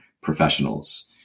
professionals